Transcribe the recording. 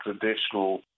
traditional